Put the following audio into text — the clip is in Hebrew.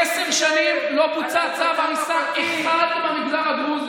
עשר שנים לא בוצע צו ההריסה אחד במגזר הדרוזי,